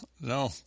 No